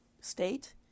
state